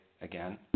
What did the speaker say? again